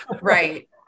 right